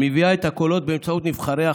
המביאה את הקולות באמצעות נבחריה,